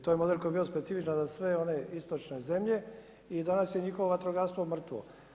To je model koji je bio specifičan za sve one istočne zemlje i danas je njihovo vatrogastvo mrtvo.